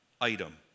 item